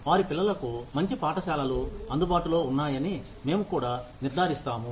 వారి పిల్లలకు మంచి పాఠశాలలు అందుబాటులో ఉన్నాయని మేము కూడా నిర్ధారిస్తాము